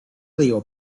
digo